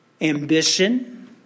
ambition